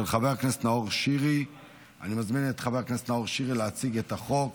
אושרה בקריאה הטרומית ותעבור לוועדת החוקה,